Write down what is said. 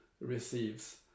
receives